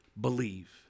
Believe